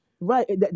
right